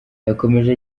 yakomeje